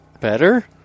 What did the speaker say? better